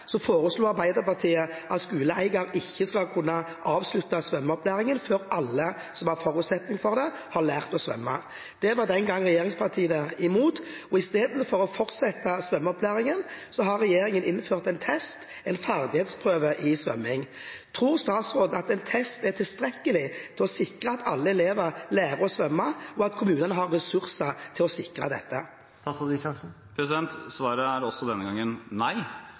foreslo Arbeiderpartiet at skoleeier ikke skal kunne avslutte svømmeopplæringen før alle som hadde forutsetning for det, hadde lært å svømme. Det var den gang regjeringspartiene imot, og i stedet for å fortsette svømmeopplæringen, har regjeringen innført en ferdighetsprøve i svømming. Tror statsråden at en test er tilstrekkelig til å sikre at alle elever lærer å svømme, og at kommunene har ressurser til å sikre dette? Svaret er også denne gangen nei,